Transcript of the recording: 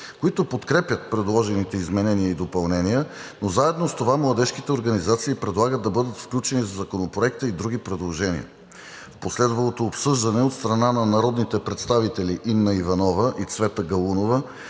които подкрепят предложените изменения и допълнения, но заедно с това младежките организации предлагат да бъдат включени в Законопроекта и други предложения. В последвалото обсъждане от страна на народните представители Инна Иванова и Цвета Галунова